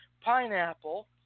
pineapple